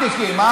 ארטיקים, אה?